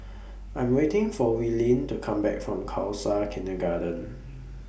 I'm waiting For Willene to Come Back from Khalsa Kindergarten